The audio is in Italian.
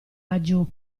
laggiù